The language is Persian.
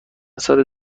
سال